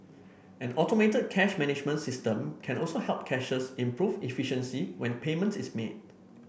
an automated cash management system can also help cashiers improve efficiency when payment is made